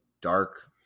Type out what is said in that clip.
dark